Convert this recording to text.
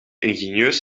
ingenieus